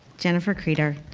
jennifer kreder,